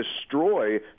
destroy